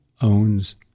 owns